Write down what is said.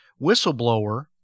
whistleblower